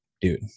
dude